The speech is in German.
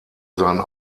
sein